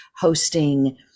hosting